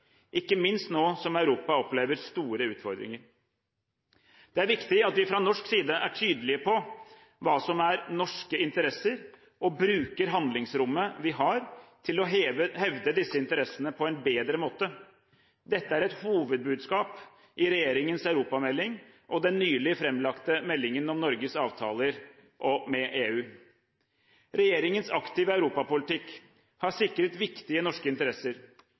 ikke minst nå som Europa opplever store utfordringer. Det er viktig at vi fra norsk side er tydelige på hva som er norske interesser, og bruker handlingsrommet vi har til å hevde disse interessene på en bedre måte. Dette er et hovedbudskap i regjeringens europamelding og i den nylig framlagte meldingen om Norges avtaler med EU. Regjeringens aktive europapolitikk har sikret viktige norske interesser.